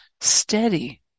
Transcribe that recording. steady